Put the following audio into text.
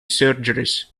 surgeries